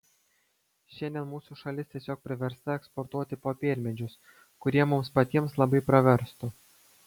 šiandien mūsų šalis tiesiog priversta eksportuoti popiermedžius kurie mums patiems labai praverstų